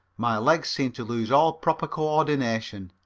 my legs seemed to lose all proper coordination.